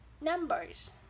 Numbers